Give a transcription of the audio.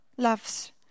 Loves